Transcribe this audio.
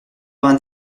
vingt